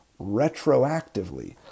retroactively